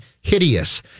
hideous